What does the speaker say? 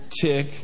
tick